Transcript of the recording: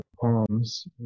palms